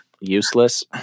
useless